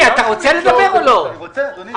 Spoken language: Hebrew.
אני רוצה לומר